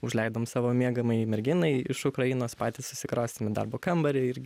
užleidom savo miegamąjį merginai iš ukrainos patys įsikraustėm į darbo kambarį ir